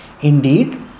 Indeed